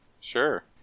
Sure